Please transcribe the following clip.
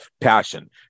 passion